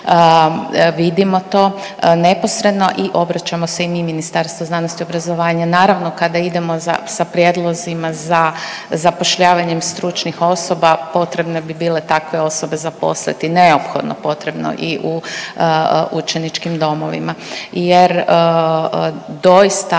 Vidimo to neposredno i obraćamo se i mi Ministarstvu znanosti, obrazovanja. Naravno kada idemo sa prijedlozima za zapošljavanjem stručnih osoba potrebne bi bile takve osobe zaposliti, neophodno potrebno i u učeničkim domovima jer doista